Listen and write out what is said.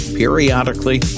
periodically